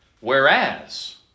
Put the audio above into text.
Whereas